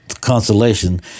consolation